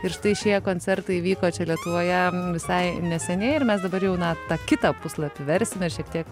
ir štai šie koncertai vyko čia lietuvoje visai neseniai ir mes dabar jau na tą kitą puslapį versime šiek tiek